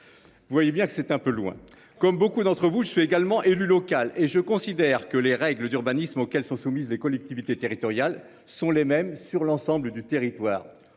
Vous voyez bien que c'est un peu loin. Comme beaucoup d'entre vous, je suis également élu local et je considère que les règles d'urbanisme auxquelles sont soumises les collectivités territoriales sont les mêmes sur l'ensemble du territoire.